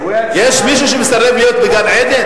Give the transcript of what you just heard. יש מישהו שמסרב להיות בגן-עדן?